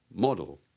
model